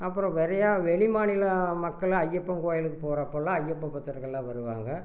அப்புறம் நிறையா வெளிமாநில மக்கள் ஐயப்பன் கோயிலுக்கு போகறப்பலாம் ஐயப்ப பக்தர்கள்லாம் வருவாங்க